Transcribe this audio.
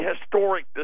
historic